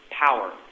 Power